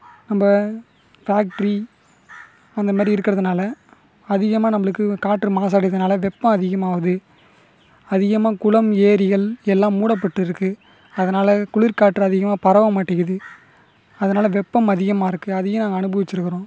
நம்ம ஃபேக்ட்ரி அந்தமாதிரி இருக்கிறதுனால அதிகமாக நம்மளுக்கு காற்று மாசடையறதுனால வெப்பம் அதிகமாகுது அதிகமாக குளம் ஏரிகள் எல்லாம் மூடப்பட்டிருக்கு அதனால் குளிர்காற்று அதிகமாக பரவ மாட்டேங்குது அதனால வெப்பம் அதிகமாயிருக்கு அதையும் நாங்கள் அனுபவிச்சுருக்கிறோம்